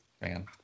Man